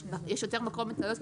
יש יותר מקום לטעויות.